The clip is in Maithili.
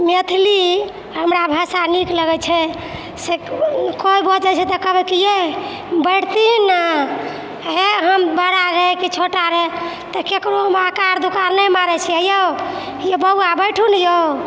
मैथिली हमरा भाषा नीक लगै छै कोइ बजै छै तऽ कहबै कि ये बैठतियै न हम बड़ा रहै कि छोटा रहै तऽ केकरो हम हकार दुकार नहि मारै छियै यौ यौ बौआ बैठु ने यौ